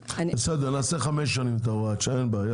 בסדר, נעשה 5 שנים את הוראת השעה, אין בעיה.